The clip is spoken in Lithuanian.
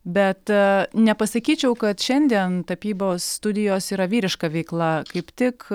bet nepasakyčiau kad šiandien tapybos studijos yra vyriška veikla kaip tik